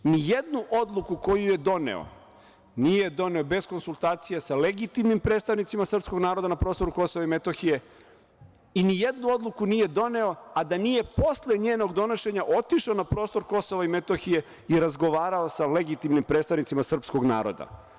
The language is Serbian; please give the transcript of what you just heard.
Ni jednu odluku koju je doneo nije doneo bez konsultacije sa legitimnim predstavnicima srpskog naroda na prostoru KiM i ni jednu odluku nije doneo, a da nije posle njenog donošenja otišao na prostor KiM i razgovarao sa legitimnim predstavnicima srpskog naroda.